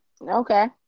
Okay